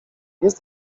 jest